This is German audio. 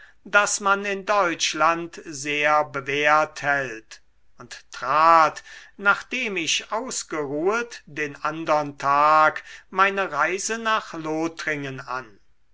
das man in deutschland sehr bewährt hält und trat nachdem ich ausgeruhet den andern tag meine reise nach lothringen an